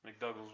McDougall's